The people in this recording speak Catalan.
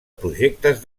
projectes